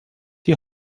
die